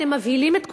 אתם מבהילים את כולם,